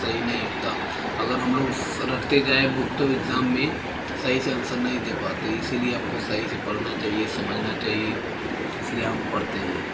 सही नहीं होता अगर हम लोग रटते जाए बुक तो इक्ज़ाम में सही से आंसर नहीं दे पाते इसी लिए हम को सही से पढ़ना चाहिए समझना चाहिए इस लिए हम पढ़ते हैं